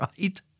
right